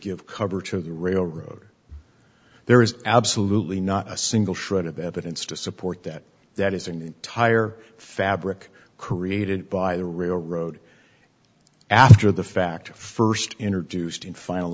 give cover to the railroad there is absolutely not a single shred of evidence to support that that is an entire fabric career aided by the railroad after the fact first energy used in final